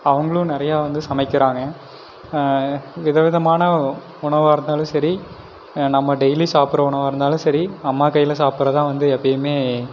அவங்களும் நிறையா வந்து சமைக்கிறாங்கள் வித விதமான உணவாக இருந்தாலும் சரி நம்ம டெய்லியும் சாப்பிட்ற உணவாக இருந்தாலும் சரி அம்மா கையில் சாப்பிடுட்றது தான் எப்பவுமே